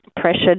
pressured